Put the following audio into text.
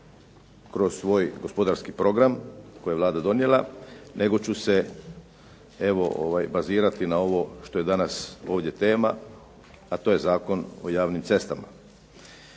kroz svoj gospodarski program koji je Vlada donijela, nego ću se evo bazirati na ovo što je ovdje danas tema, a to je Zakon o javnim cestama.